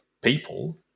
people